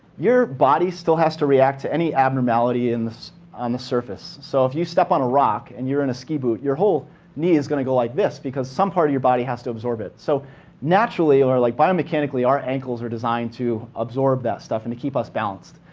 your body still has to react to any abnormality on the surface. so if you step on a rock and you're in a ski boot, your whole knee is going to go like this because some part of your body has to absorb it. so naturally or like biomechanically, our ankles are designed to absorb that stuff and to keep us balanced.